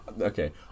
Okay